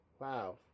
Wow